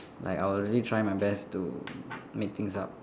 like I will really try my best to make things up